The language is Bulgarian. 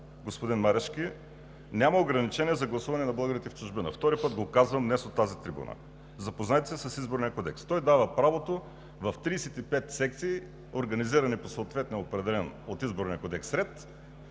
Господин Марешки, няма ограничения за гласуване на българите в чужбина. Втори път го казвам днес от тази трибуна. Запознайте се с Изборния кодекс. Той дава правото в 35 секции, организирани по съответния, определен от Изборния кодекс ред,